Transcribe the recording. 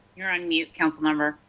you are on mute, councilmember.